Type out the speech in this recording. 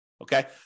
okay